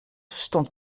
stond